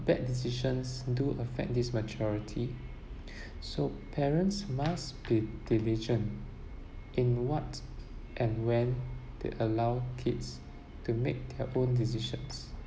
bad decisions do affect this maturity so parents must be diligent in what and when they allow kids to make their own decisions